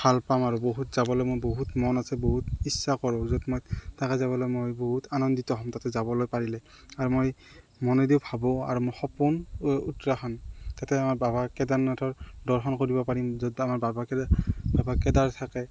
ভাল পাম আৰু বহুত যাবলৈ মই বহুত মন আছে বহুত ইচ্ছা কৰোঁ য'ত মই তাকে যাবলৈ মই বহুত আনন্দিত হ'ম তাতে যাবলৈ পাৰিলে আৰু মই মনেদিও ভাবোঁ আৰু মই সপোন উত্তৰাখাণ্ড তাতে আমাৰ বাাবা কেদাৰনাথৰ দৰ্শন কৰিব পাৰিম য'ত আমাৰা বাবা কেদাৰনাথ বাবা কেদাৰ থাকে